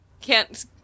can't-